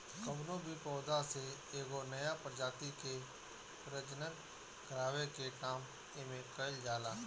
कवनो भी पौधा से एगो नया प्रजाति के प्रजनन करावे के काम एमे कईल जाला